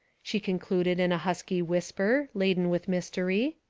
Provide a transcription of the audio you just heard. she concluded in a husky whisper, laden with mystery.